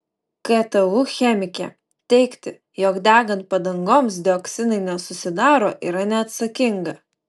ktu chemikė teigti jog degant padangoms dioksinai nesusidaro yra neatsakinga